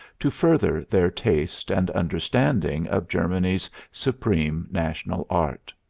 to further their taste and understanding of germany's supreme national art.